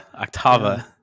Octava